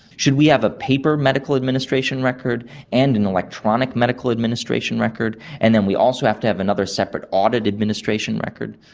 should we have a paper medical administration record and an electronic medical administration record and then we also have to have another separate audit administration record?